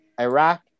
Iraq